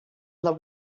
love